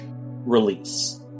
release